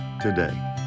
today